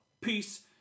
Peace